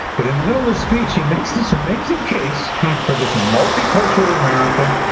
but in the middle of the speech, he makes this amazing case for this multicultural america,